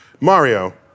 Mario